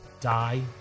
die